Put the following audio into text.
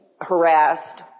harassed